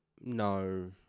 no